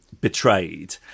betrayed